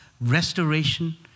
Restoration